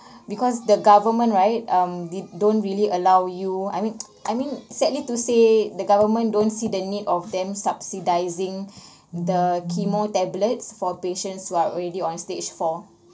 because the government right um they don't really allow you I mean I mean sadly to say the government don't see the need of them subsidizing the chemo tablets for patients who are already on stage four